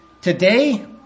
today